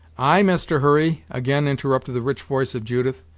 ay, master hurry, again interrupted the rich voice of judith,